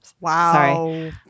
Wow